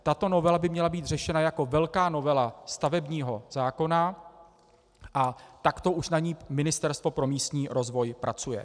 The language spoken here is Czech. Tato novela by měla být řešena jako velká novela stavebního zákona a takto už na ní Ministerstvo pro místní rozvoj pracuje.